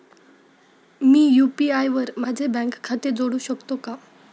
मी UPI वर माझे bank खाते जोडू शकतो का?